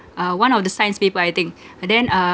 uh one of the science paper I think and then uh